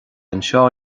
anseo